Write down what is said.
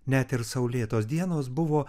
net ir saulėtos dienos buvo